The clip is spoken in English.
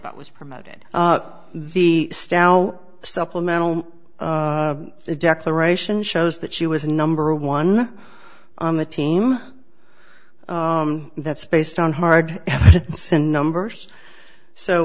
but was promoted up the staff supplemental the declaration shows that she was number one on the team that's based on hard numbers so